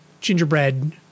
gingerbread